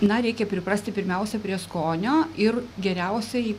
na reikia priprasti pirmiausia prie skonio ir geriausiai